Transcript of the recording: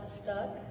stuck